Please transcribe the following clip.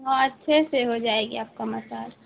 ہاں اچھے سے ہو جائے گی آپ کا مساج